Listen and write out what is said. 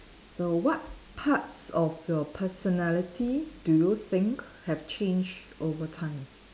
so what parts of your personality do you think have changed over time